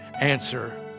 answer